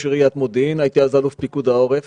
עיריית מודיעין - הייתי אז אלוף פיקוד העורף